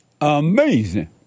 Amazing